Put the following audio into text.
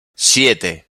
siete